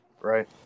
right